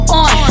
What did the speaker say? on